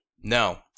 no